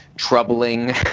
troubling